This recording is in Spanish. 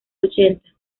ochenta